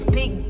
big